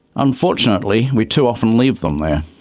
unfortunately we too often leave them there.